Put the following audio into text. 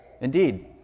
Indeed